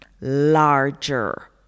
larger